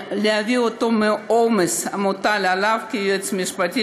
יפחית מהעומס המוטל על היועץ המשפטי